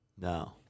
No